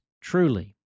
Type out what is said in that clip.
Truly